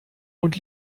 und